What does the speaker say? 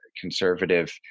conservative